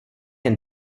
jen